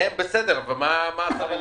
הם בסדר, אבל מה השרים יגידו?